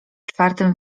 czwartym